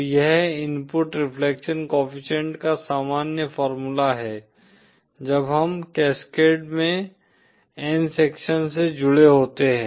तो यह input reflection coefficient का सामान्य फॉर्मूला है जब हम कैस्केड में n सेक्शन से जुड़े होते हैं